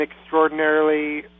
extraordinarily